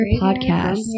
Podcast